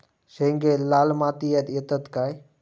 शेंगे लाल मातीयेत येतत काय?